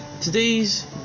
today's